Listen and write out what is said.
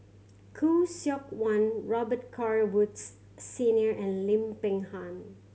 Khoo Seok Wan Robet Carr Woods Senior and Lim Peng Han